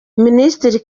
minisitiri